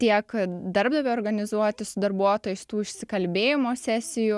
tiek darbdaviui organizuoti su darbuotojais tų išsikalbėjimo sesijų